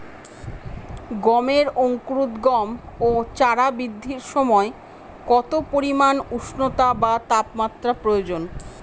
গমের অঙ্কুরোদগম ও চারা বৃদ্ধির সময় কত পরিমান উষ্ণতা বা তাপমাত্রা প্রয়োজন?